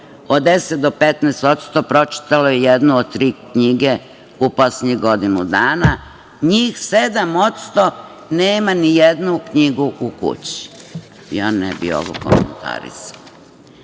Od 10% do 15% pročitalo je jednu od tri knjige u poslednjih godinu dana. Njih 7% nema ni jednu knjigu u kući. Ja ne bih ovo komentarisala. Beleška